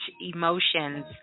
emotions